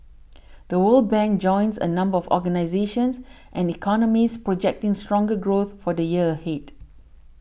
The World Bank joins a number of organisations and economists projecting stronger growth for the year ahead